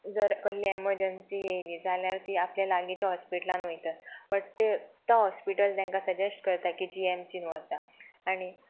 जर कहली ऍमरजंसी येयली जाल्यार ती आपल्या लागींच्या हॉस्पिटलान वयतात बट ते तो हॉस्पिटल तेंकां सजॅश्ट करता की जी ऍम सीन वचा आनी